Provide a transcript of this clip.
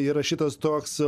įrašytas toks